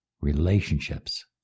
relationships